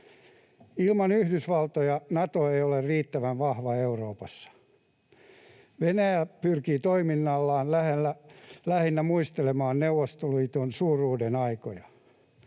Ilman Yhdysvaltoja Nato ei ole riittävän vahva Euroopassa. Venäjä pyrkii toiminnallaan lähinnä muistelemaan Neuvostoliiton suuruuden aikoja.